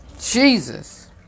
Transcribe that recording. Jesus